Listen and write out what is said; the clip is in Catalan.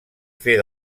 fer